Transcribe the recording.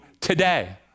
today